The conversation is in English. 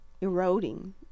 eroding